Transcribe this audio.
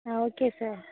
ah okay sir